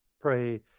pray